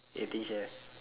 eh eighteen chef